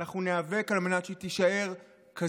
ואנחנו ניאבק על מנת שהיא תישאר כזו,